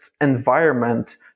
environment